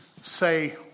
say